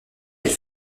elle